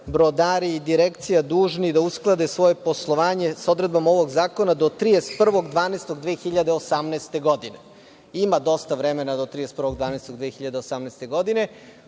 brodari i direkcija dužni da usklade svoje poslovanje sa odredbama ovog zakona do 31. decembra 2018. godine. Ima dosta vremena do 31. decembra 2018. godine.